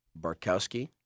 Barkowski